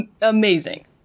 amazing